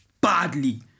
Badly